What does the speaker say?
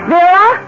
Vera